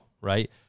right